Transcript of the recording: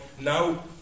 now